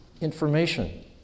information